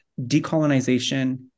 decolonization